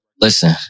Listen